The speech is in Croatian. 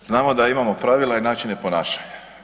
Znamo da imamo pravila i načine ponašanja.